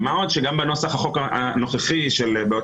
מה עוד שגם בנוסח החוק הנוכחי בהוצאה